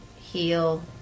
heal